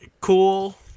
cool